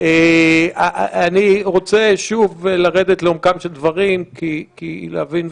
אני רוצה שוב לרדת לעומקם של דברים ולהבין,